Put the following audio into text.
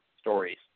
stories